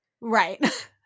Right